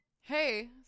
Hey